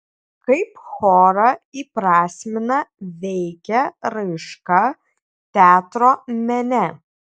kaip chorą įprasmina veikia raiška teatro mene